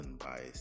unbiased